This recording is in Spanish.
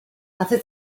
hace